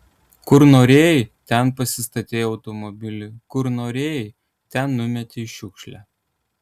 kur norėjai ten pasistatei automobilį kur norėjai ten numetei šiukšlę